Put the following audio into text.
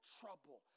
trouble